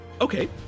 Okay